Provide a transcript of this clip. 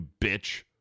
bitch